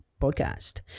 podcast